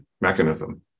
mechanism